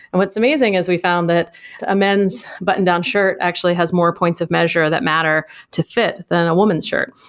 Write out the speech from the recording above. and what's amazing is we found that immense button-down shirt actually has more points of measure that matter to fit than a woman's shirt,